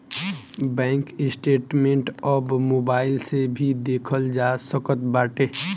bank statement अब mobile से भी देखल जा सकत बाटे